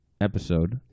episode